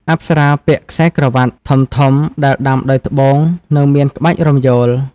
អប្សរាពាក់ "ខ្សែក្រវាត់" ធំៗដែលដាំដោយត្បូង និងមានក្បាច់រំយោល។